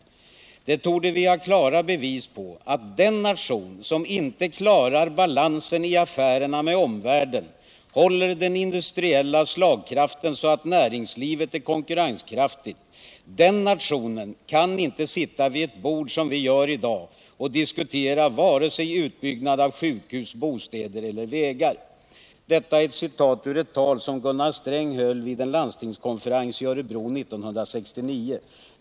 Det torde vi ha klara bevis på att den nationen som inte klarar balansen i affärerna med omvärlden, håller den industriella slagkraften så att näringslivet är konkurrenskraftigt, den nationen kan inte sitta vid ett bord som vi gör i dag och diskutera vare sig utbyggnad av sjukhus, bostäder eller vägar.” Detta var ett citat ur ett tal som Gunnar Sträng höll vid en landstingskonferens i Örebro 1969.